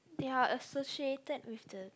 they are associated with the